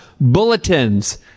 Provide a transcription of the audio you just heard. Bulletins